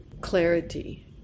clarity